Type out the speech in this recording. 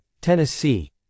Tennessee